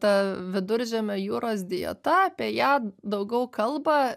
ta viduržemio jūros dieta apie ją daugiau kalba